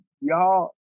y'all